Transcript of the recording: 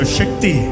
shakti